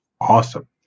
awesome